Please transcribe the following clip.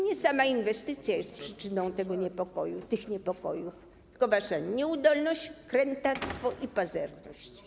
Nie sama inwestycja jest przyczyną tego niepokoju, tych niepokojów, tylko wasze nieudolność, krętactwo i pazerność.